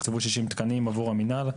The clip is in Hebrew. תוקצבו 60 תקנים עבור המינהל,